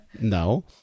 no